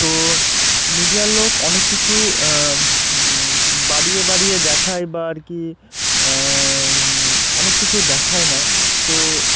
তো মিডিয়ার লোক অনেক কিছু বাড়িয়ে বাড়িয়ে দেখায় বা আর কি অনেক কিছু দেখায় না তো